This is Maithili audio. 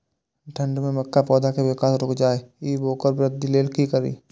ठंढ में मक्का पौधा के विकास रूक जाय इ वोकर वृद्धि लेल कि करी?